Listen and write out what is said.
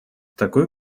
такой